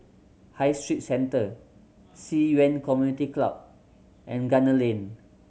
High Street Centre Ci Yuan Community Club and Gunner Lane